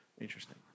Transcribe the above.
interesting